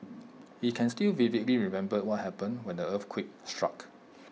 he can still vividly remember what happened when the earthquake struck